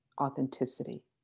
Authenticity